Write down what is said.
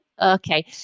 Okay